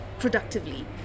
productively